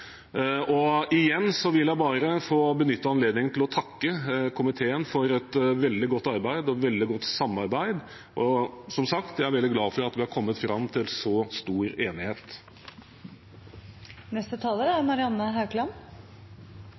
behandlet. Igjen vil jeg benytte anledningen til å takke komiteen for et veldig godt arbeid og et veldig godt samarbeid. Som sagt er jeg veldig glad for at vi har kommet fram til så stor